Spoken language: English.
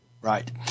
Right